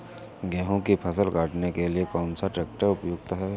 गेहूँ की फसल काटने के लिए कौन सा ट्रैक्टर उपयुक्त है?